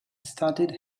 started